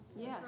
Yes